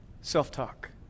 self-talk